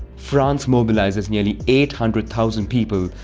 france mobilizes nearly eight hundred thousand people,